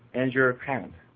and your account,